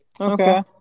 Okay